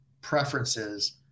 preferences